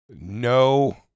No